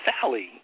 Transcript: Sally